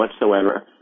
whatsoever